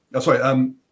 sorry